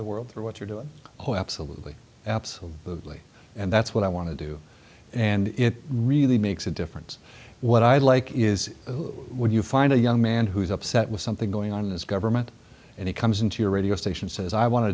the world through what you're doing oh absolutely absolutely and that's what i want to do and it really makes a difference what i like is when you find a young man who is upset with something going on in his government and he comes into your radio station says i want to